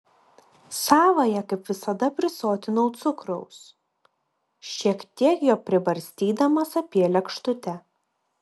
savąją kaip visada prisotinau cukraus šiek tiek jo pribarstydamas apie lėkštutę